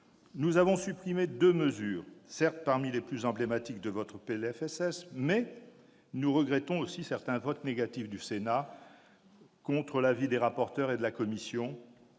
Nous avons supprimé deux mesures, certes parmi les plus emblématiques, de votre PLFSS, mais nous regrettons aussi les votes négatifs du Sénat survenus, contre l'avis des rapporteurs et de la commission,